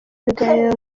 biganiro